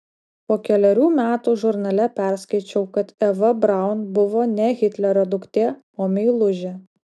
po kelerių metų žurnale perskaičiau kad eva braun buvo ne hitlerio duktė o meilužė